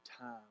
time